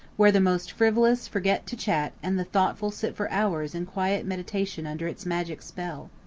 where the most frivolous forget to chat and the thoughtful sit for hours in quiet meditation under its magic spell.